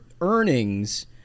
earnings